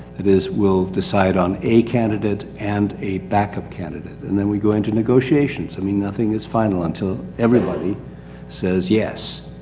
that is, we'll decide on a candidate and a backup candidate. and then we go into negotiations. i mean, nothing is final until everybody says yes.